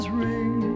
ring